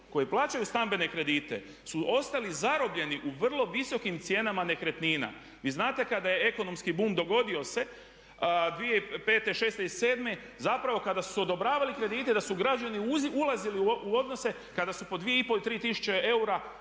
koji plaćaju stambene kredite su ostali zarobljeni u vrlo visokim cijenama nekretnina. Vi znate kada je ekonomski bum dogodio se 2005., 2006. i 2007., zapravo kada su se odobravali krediti da su građani ulazili u odnose kada su po 2,5 ili 3000 eura